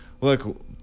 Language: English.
look